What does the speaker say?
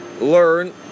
learn